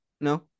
No